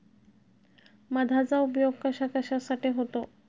मधाचा उपयोग कशाकशासाठी होतो?